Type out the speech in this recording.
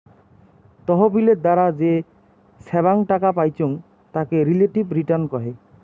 তহবিলের দ্বারা যে ছাব্যাং টাকা পাইচুঙ তাকে রিলেটিভ রিটার্ন কহে